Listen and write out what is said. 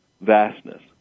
vastness